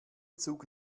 zug